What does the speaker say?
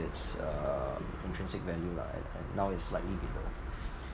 this uh intrinsic value lah and and now it's slightly below